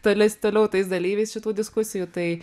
tolis toliau tais dalyviais šitų diskusijų tai